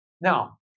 Now